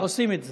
עושים את זה.